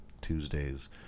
Tuesdays